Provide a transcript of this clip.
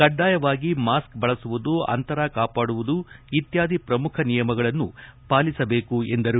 ಕಡ್ಡಾಯವಾಗಿ ಮಾಸ್ಕ್ ಬಳಸುವುದು ಅಂತರ ಕಾಪಾಡುವುದು ಇತ್ಯಾದಿ ಪ್ರಮುಖ ನಿಯಮಗಳನ್ನು ಪಾಲಿಸಬೇಕು ಎಂದರು